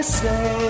say